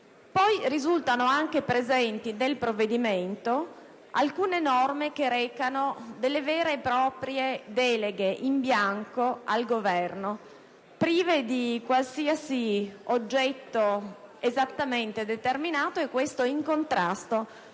Risultano poi anche presenti nel provvedimento alcune norme che recano delle vere e proprie deleghe in bianco al Governo, prive di qualsiasi oggetto esattamente determinato, e ciò in contrasto